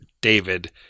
David